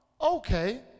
okay